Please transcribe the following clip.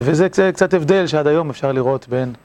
וזה קצת הבדל שעד היום אפשר לראות בין